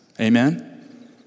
amen